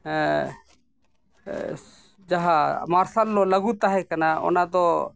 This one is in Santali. ᱡᱟᱦᱟᱸ ᱢᱟᱨᱥᱟᱞ ᱞᱚ ᱞᱟᱹᱜᱩ ᱛᱟᱦᱮᱸ ᱠᱟᱱᱟ ᱚᱱᱟᱫᱚ